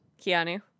Keanu